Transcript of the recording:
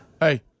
hey